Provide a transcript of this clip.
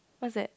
what's that